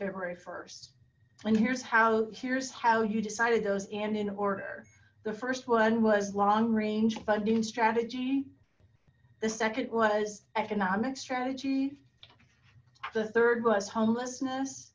february st when here's how here's how you decided those and in order the first one was long range funding strategy the second was economic strategy the third was homelessness